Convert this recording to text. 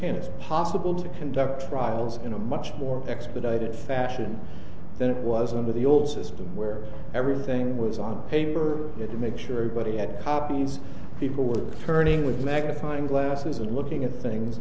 hand it's possible to conduct trials in a much more expedited fashion than it was under the all system where everything was on paper to make sure everybody had copies people were turning with magnifying glasses and looking at things